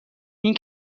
این